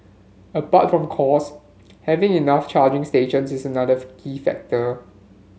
apart from cost having enough charging stations is another key factor